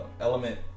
element